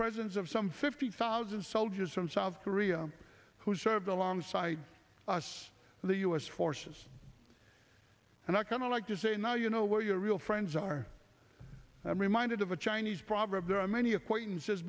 presence of some fifty thousand soldiers from south korea who served alongside us the u s forces and i kind of like to say now you know where your real friends are i'm reminded of a chinese proverb there are many acquaintances